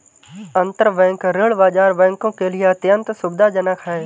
अंतरबैंक ऋण बाजार बैंकों के लिए अत्यंत सुविधाजनक है